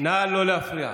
נא לא להפריע.